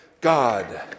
God